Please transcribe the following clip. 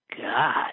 God